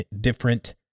different